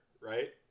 right